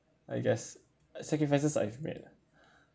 I guess sacrifices I've made ah